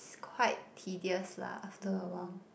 quite tedious lah after awhile